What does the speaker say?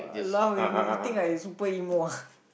!walao! eh you think I super emo ah